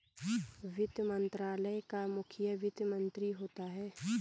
वित्त मंत्रालय का मुखिया वित्त मंत्री होता है